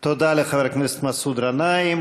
תודה לחבר הכנסת מסעוד גנאים.